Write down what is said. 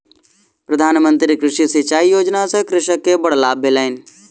प्रधान मंत्री कृषि सिचाई योजना सॅ कृषक के बड़ लाभ भेलैन